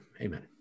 Amen